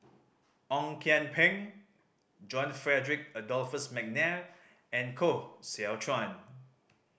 Ong Kian Peng John Frederick Adolphus McNair and Koh Seow Chuan